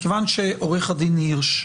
מכיוון שעורך הדין הירש,